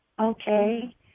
Okay